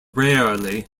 rarely